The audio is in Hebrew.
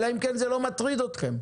אלא אם זה לא באמת מטריד אתכם,